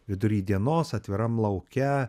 vidury dienos atviram lauke